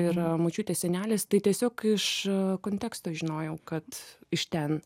yra močiutė senelis tai tiesiog iš konteksto žinojau kad iš ten